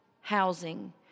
housing